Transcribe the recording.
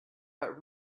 but